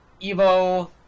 Evo